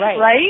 right